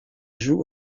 joue